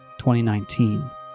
2019